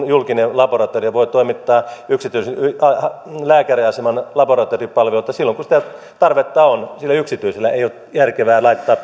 julkinen laboratorio voi toimittaa yksityisen lääkäriaseman laboratoriopalveluita silloin kun sitä tarvetta on ja sen yksityisen ei ole järkevää laittaa